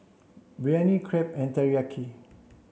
Biryani Crepe and Teriyaki